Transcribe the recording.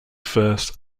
first